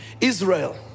Israel